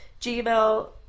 gmail